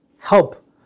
help